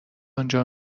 آنجا